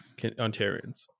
Ontarians